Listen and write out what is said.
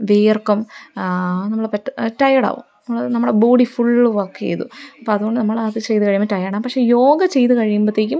വിയര്ക്കും നമ്മള് റ്റയേഡാവും നമ്മള് നമ്മുടെ ബോഡി ഫുള് വർക്കെയ്തു അപ്പോഴതുകൊണ്ട് നമ്മളത് ചെയ്തു കഴിയുമ്പോള് ടയേഡാവും പക്ഷെ യോഗ ചെയ്തുകഴിയുമ്പോഴത്തേക്കും